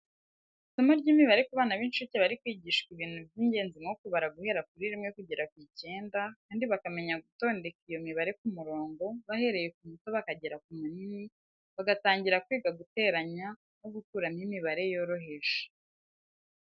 Isomo ry’imibare ku bana b’incuke bari kwigishwa ibintu by’ingenzi nko kubara guhera kuri rimwe kugeza ku icyenda, kandi bakamenya gutondeka iyo mibare ku murongo, bahereye ku muto bakageza ku munini, bagatangira kwiga guteranya no gukuramo imibare yoroheje.